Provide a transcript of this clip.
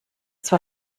zwar